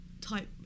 type